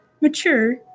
Mature